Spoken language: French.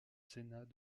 sénat